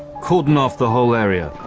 cordon off the whole area,